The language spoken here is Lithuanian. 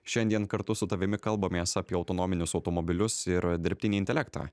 šiandien kartu su tavimi kalbamės apie autonominius automobilius ir dirbtinį intelektą